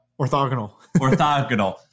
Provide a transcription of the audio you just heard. Orthogonal